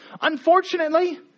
Unfortunately